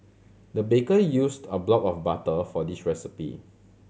the baker used a block of butter for this recipe